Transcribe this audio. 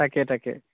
তাকে তাকে